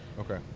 okay